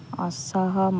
ପଛୁଆ